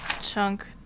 chunk